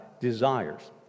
desires